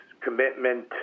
commitment